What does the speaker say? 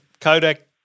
Kodak